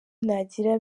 nagira